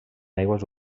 aigües